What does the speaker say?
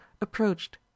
approached